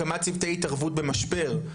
הקמת צוותי התערבות במשבר,